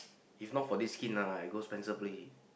if not for this skin lah I go Spencer place already